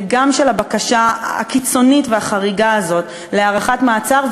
וגם של הבקשה הקיצונית והחריגה הזאת להארכת מעצר,